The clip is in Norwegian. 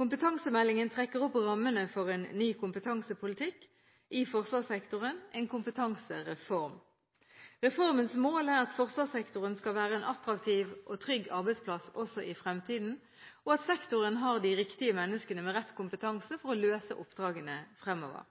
Kompetansemeldingen trekker opp rammene for en ny kompetansepolitikk i forsvarssektoren, en kompetansereform. Reformens mål er at forsvarssektoren skal være en attraktiv og trygg arbeidsplass også i fremtiden, og at sektoren har de riktige menneskene med rett kompetanse for å løse oppdragene fremover.